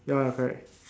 ya correct